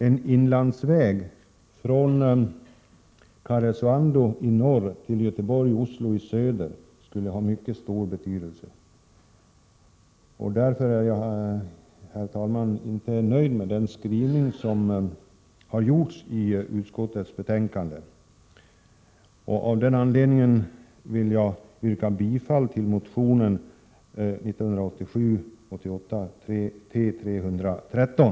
En inlandsväg från Karesuando i norr till Göteborg 88:T313.